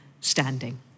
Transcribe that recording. standing